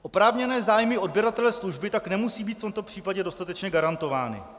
Oprávněné zájmy odběratele služby tak nemusí být v tomto případě dostatečně garantovány.